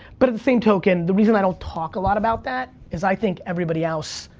but at the same token, the reason i don't talk a lot about that is i think everybody else,